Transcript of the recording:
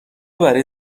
برای